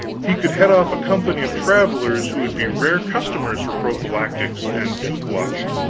he could head off a company of travelers who would be rare customers for prophylactics and tooth-wash.